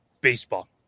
baseball